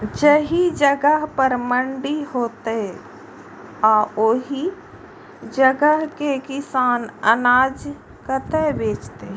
जाहि जगह पर मंडी हैते आ ओहि जगह के किसान अनाज कतय बेचते?